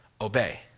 obey